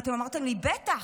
ואתם אמרתם לי: בטח.